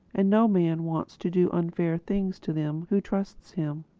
and no man wants to do unfair things to them who trust him.